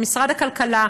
למשרד הכלכלה,